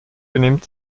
benimmt